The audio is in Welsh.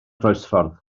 groesffordd